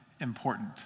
important